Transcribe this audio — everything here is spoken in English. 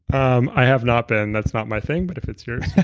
um i have not been. that's not my thing, but if it's yours,